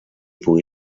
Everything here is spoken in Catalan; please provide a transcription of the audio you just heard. pugui